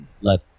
let